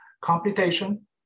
computation